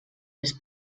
les